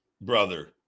brother